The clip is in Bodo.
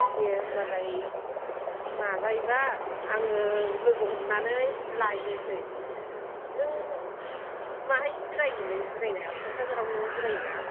दे होनबालाय माबायोबा आङो लोगो हमनानै लाइनोसै नों माहाय जिरायो नों जिरायनाया क'क्राझारआवनो जिरायो ना